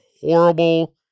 horrible